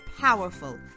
powerful